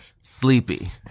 sleepy